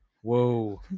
whoa